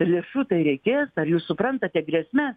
lėšų tai tai reikės ar jūs suprantate grėsmes